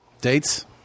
Dates